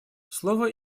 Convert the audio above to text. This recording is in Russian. слово